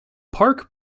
park